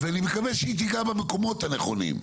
ואני מקווה שהיא תיגע במקומות הנכונים.